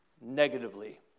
negatively